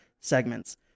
segments